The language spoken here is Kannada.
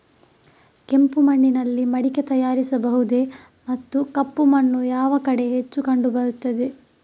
ಕೆಂಪು ಮಣ್ಣಿನಲ್ಲಿ ಮಡಿಕೆ ತಯಾರಿಸಬಹುದೇ ಮತ್ತು ಕಪ್ಪು ಮಣ್ಣು ಯಾವ ಕಡೆ ಹೆಚ್ಚು ಕಂಡುಬರುತ್ತದೆ?